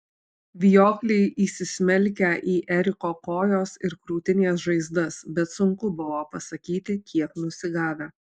vijokliai įsismelkę į eriko kojos ir krūtinės žaizdas bet sunku buvo pasakyti kiek nusigavę